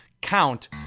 count